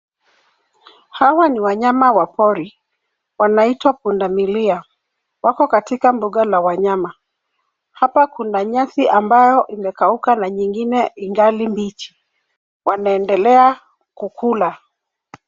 Hawa ni wanyama wa pori, wanaitwa pundamilia, wako katika mbuga la wanyama. Hapa kuna nyasi ambayo imekauka na nyingine ingali mbichi, wanaendelea kukula.